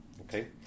okay